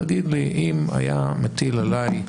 תגיד לי, אם היה מטיל עליך,